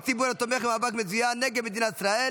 ציבור התומך במאבק מזוין נגד מדינת ישראל